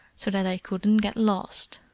so that i couldn't get lost.